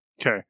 Okay